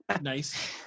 Nice